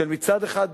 מצד אחד,